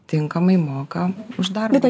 tinkamai moka už darbą